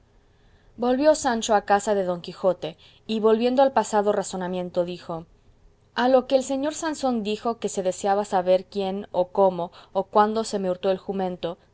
volvió sancho a casa de don quijote y volviendo al pasado razonamiento dijo a lo que el señor sansón dijo que se deseaba saber quién o cómo o cuándo se me hurtó el jumento